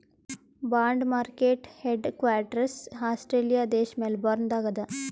bond market headquarters Australia ದೇಶ್ Melbourne ದಾಗ್ ಅದಾ